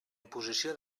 imposició